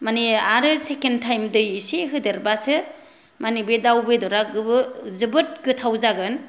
माने आरो second time दै एसे होदेरब्लासो माने बे दाउ बेदरा जोबोद गोथाव जागोन